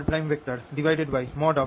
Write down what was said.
r r